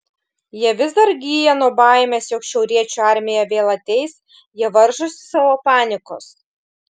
jie vis dar gyja nuo baimės jog šiauriečių armija vėl ateis jie varžosi savo panikos